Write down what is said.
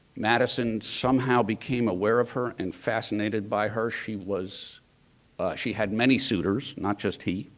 madison somehow became aware of her and fascinated by her, she was she had many suitors not just he.